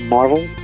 Marvel